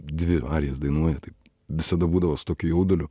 dvi arijas dainuoja tai visada būdavo su tokiu jauduliu